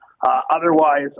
Otherwise